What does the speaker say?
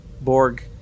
Borg